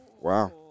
Wow